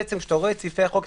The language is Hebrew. כשאתה רואה את מבנה סעיפי החוק,